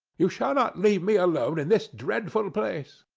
you shall not leave me alone in this dreadful place.